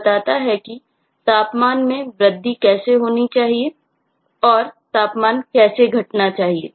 जो बताता है कि तापमान में वृद्धि कैसे होनी चाहिए और तापमान कैसे घटना चाहिए